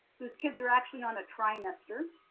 whose kids are actually on a trimester.